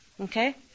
Okay